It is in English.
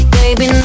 baby